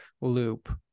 loop